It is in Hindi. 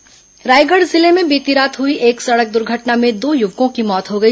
दुर्घटना रायगढ़ जिले में बीती रात हुई एक सड़क दुर्घटना में दो युवकों की मौत हो गई